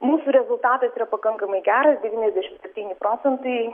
mūsų rezultatas yra pakankamai geras devyniasdešim septyni procentai